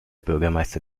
bürgermeister